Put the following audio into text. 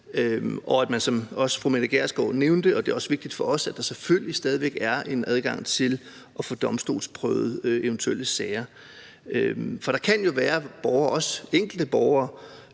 vigtigt, som også fru Mette Gjerskov nævnte, at der selvfølgelig stadig væk er en adgang til at få domstolsprøvet eventuelle sager. For der kan jo være borgere